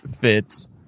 fits